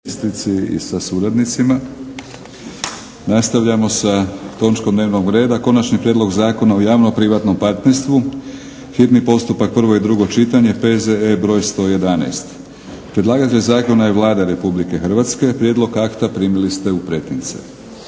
Milorad (HNS)** Nastavljamo sa točkom dnevnog reda: - Konačni prijedlog Zakona o javno-privatnom partnerstvu, hitni postupak, prvo i drugo čitanje, PZE. br. 112 Predlagatelj zakona je Vlada Republike Hrvatske. Prijedlog akta primili ste u pretince.